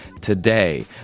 today